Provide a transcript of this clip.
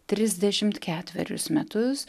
trisdešimt ketverius metus